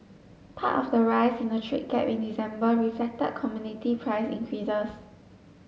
part of the rise in the trade gap in December reflected commodity price increases